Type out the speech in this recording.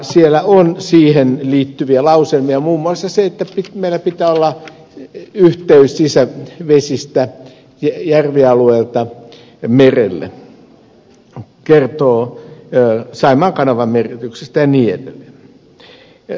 siellä on siihen liittyviä lauselmia muun muassa se että meillä pitää olla yhteys sisävesistä järvialueilta merelle mikä kertoo saimaan kanavan merkityksestä ja niin edelleen